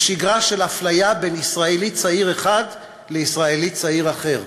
לשגרה של אפליה בין ישראלי צעיר אחד לישראלי צעיר אחר,